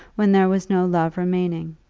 when there was no love remaining.